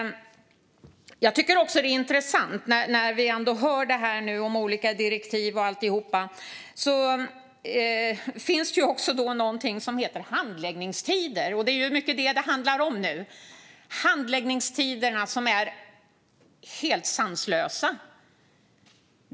Jag tycker att det är intressant, när vi hör det här nu om olika direktiv och alltihop, att det ju finns någonting som heter handläggningstider. Det är mycket det som det handlar om nu. Handläggningstiderna är helt sanslösa.